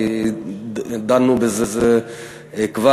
כי דנו בזה כבר.